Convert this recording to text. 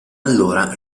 allora